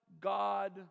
God